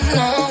no